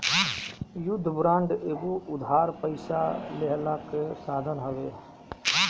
युद्ध बांड एगो उधार पइसा लेहला कअ साधन हवे